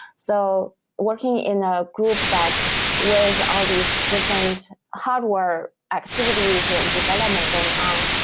so working in a group that with all these different hardware activities and development going on,